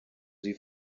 sie